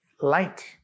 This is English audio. light